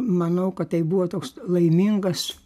manau kad tai buvo toks laimingas